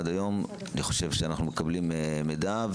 אני חושב שאנחנו מקבלים מידע.